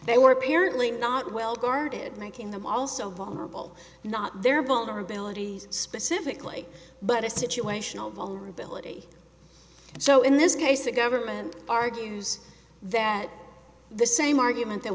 they were apparently not well guarded making them also vulnerable not their vulnerabilities specifically but a situational vulnerability so in this case the government argues that the same argument that